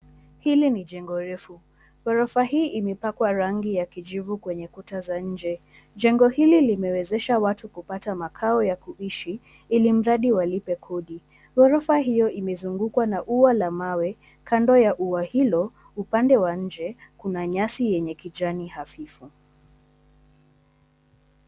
Hili ninjengo refu. Ghorofa hii imepakwa rangi ya kijivu kwenye kuta za nje. Jengo hili limewezesha watu kupata makao ya kuishi ilmradi walipe kodi. Ghorofa hiyo imezugukwa na ua la mawe. Kando ya ua hilo upande wa nje ,kuna nyasi yenye kijani hafifu.